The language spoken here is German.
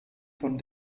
von